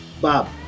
Bob